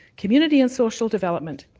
community and social development.